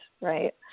right